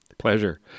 pleasure